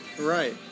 Right